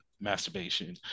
masturbation